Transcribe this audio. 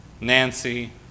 nancy